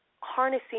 harnessing